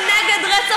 תגידו לי רגע,